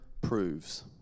proves